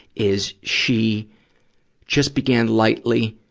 is she just began lightly,